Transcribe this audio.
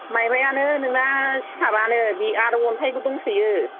माइब्रायानो नोंना सिथाबानो बे आरो अन्थायबो दंसोयो